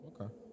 Okay